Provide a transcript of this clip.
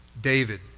David